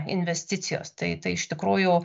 investicijos tai tai iš tikrųjų